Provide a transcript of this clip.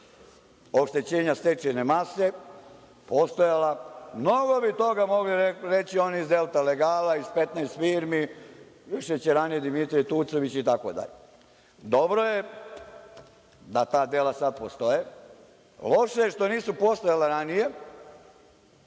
oštećenja stečajne mase postojala, mnogo bi toga mogli reći oni iz Delta legala, iz 15 firmi, iz šećerane Dimitrije Tucović itd. Dobro je da ta dela sad postoje. Loše je što nisu postojala ranije